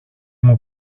μου